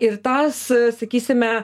ir tas sakysime